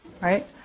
right